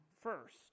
first